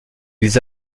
ils